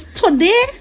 today